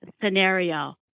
scenario